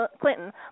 Clinton